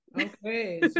Okay